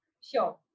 sure